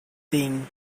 thing